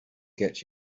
gets